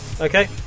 Okay